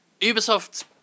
Ubisoft